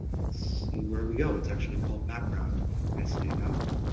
let's see where we go. it's actually called background nicely enough.